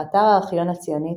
באתר הארכיון הציוני,